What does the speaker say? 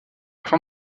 fin